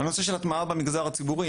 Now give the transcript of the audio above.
הנושא של הטמעה במגזר הציבורי,